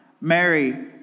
Mary